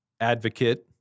advocate